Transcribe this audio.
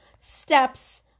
steps